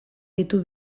ditu